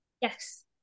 Yes